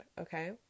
Okay